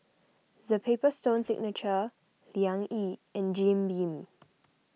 the Paper Stone Signature Liang Yi and Jim Beam